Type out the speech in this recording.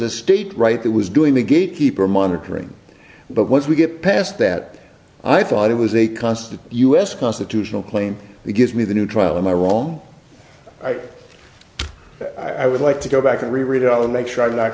a state right that was doing the gatekeeper monitoring but once we get past that i thought it was a constant us constitutional claim that gives me the new trial am i wrong i would like to go back and reread it and make sure